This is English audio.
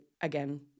again